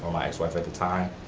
my ex-wife at the time,